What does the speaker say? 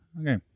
Okay